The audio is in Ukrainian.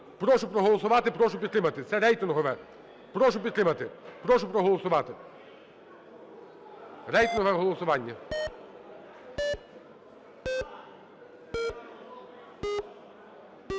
Прошу проголосувати, прошу підтримати. Це рейтингове. Прошу підтримати, прошу проголосувати. Рейтингове голосування.